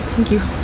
thank you.